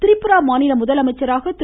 திரிபுரா மாநில முதலமைச்சராக திரு